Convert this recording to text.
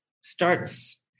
starts